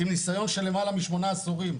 עם ניסיון של למעלה משמונה עשורים,